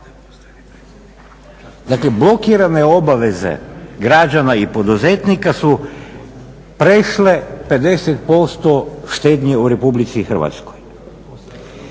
Dakle, blokirane obaveze građana i poduzetnika su prešle 50% štednje u Republici Hrvatskoj.